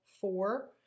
four